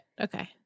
Okay